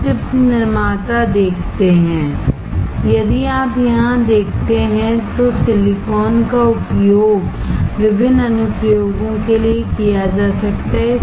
हम चिप निर्माता देखते हैं यदि आप यहाँ देखते हैं तो सिलिकॉन का उपयोग विभिन्न अनुप्रयोगों के लिए किया जा सकता है